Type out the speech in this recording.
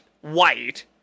white